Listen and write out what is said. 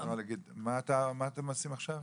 גבי, מה אתם עושים עכשיו?